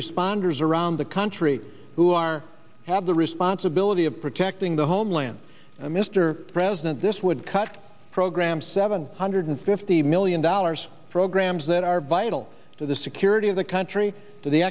responders around the country who are have the responsibility of protecting the homeland mr president this would cut program seven hundred fifty million dollars programs that are vital to the security of the country to the